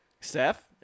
Steph